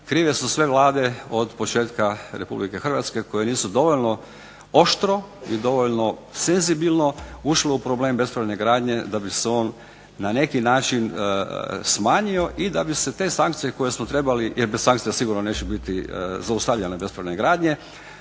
Krive su sve Vlade od početka Republike Hrvatske koje nisu dovoljno oštro i dovoljno senzibilno ušle u problem bespravne gradnje da bi se on na neki način smanjio i da bi se te sankcije koje smo trebali, jer bez sankcija sigurno neće biti zaustavljene bespravne gradnje